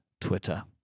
Twitter